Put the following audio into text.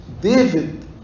David